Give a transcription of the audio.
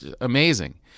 Amazing